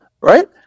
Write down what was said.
right